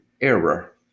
error